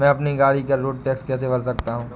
मैं अपनी गाड़ी का रोड टैक्स कैसे भर सकता हूँ?